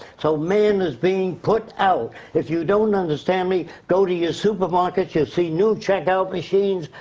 so man is being put out. if you don't understand me, go to your supermarkets you'll see new check out machines,